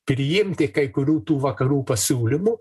priimti kai kurių tų vakarų pasiūlymų